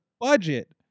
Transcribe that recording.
budget